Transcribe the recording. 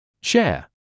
Share